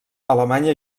alemanya